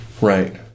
right